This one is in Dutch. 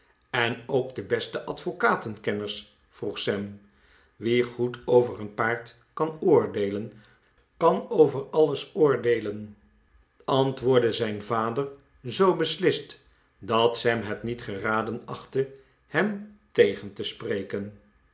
en ook de beste advocatenkenners vroeg sam wie goed over een paard kan oordeelen kan over alles oordeelen antwoordde zijn vader zoo beslist dat sam het niet geraden achtte hem tegen te spreken